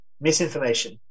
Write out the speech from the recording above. misinformation